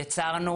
בעצם יצרנו